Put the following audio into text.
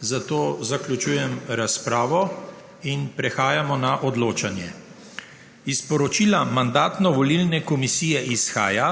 zato zaključujem razpravo. In prehajamo na odločanje. Iz poročila Mandatno-volilne komisije izhaja,